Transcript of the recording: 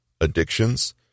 addictions